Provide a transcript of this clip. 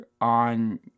on